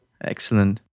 Excellent